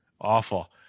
Awful